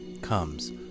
comes